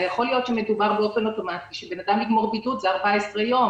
יכול להיות שמדובר באופן אוטומטי שבן אדם יגמור בידוד זה 14 יום,